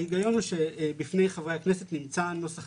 ההיגיון הוא שבפני חברי הכנסת נמצא הנוסח